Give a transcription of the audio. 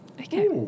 Okay